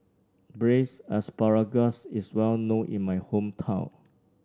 Braised Asparagus is well known in my hometown